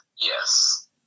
Yes